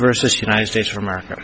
versus united states for america